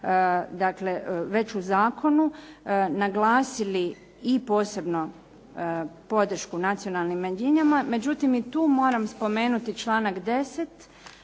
već u zakonu, naglasili i posebno podršku nacionalnim manjinama, međutim i tu moram spomenuti članak 10.